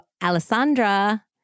Alessandra